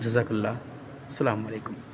جزاک اللہ السّلام علیکم